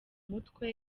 mutwe